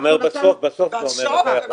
לא, בסוף הוא אומר את זה, לא בהתחלה.